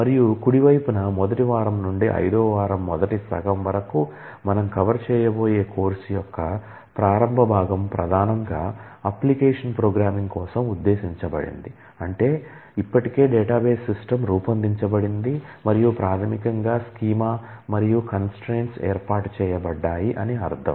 మరియు కుడి వైపున మొదటి వారం నుండి 5 వ వారం మొదటి సగం వరకు మనం కవర్ చేయబోయే కోర్సు యొక్క ప్రారంభ భాగం ప్రధానంగా అప్లికేషన్ ప్రోగ్రామింగ్ ఏర్పాటు చేయబడ్డాయి అని అర్థం